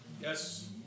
Yes